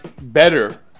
better